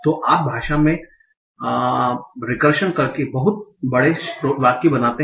तो भाषा में आप रिकर्शन करके बहुत बड़े वाक्य बनाते हैं